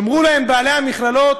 יאמרו להם בעלי המכללות: